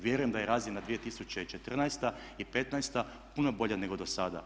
Vjerujem da je razina 2014. i 2015. puno bolja nego dosada.